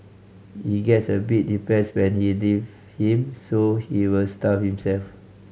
he gets a bit depressed when he leave him so he will starve himself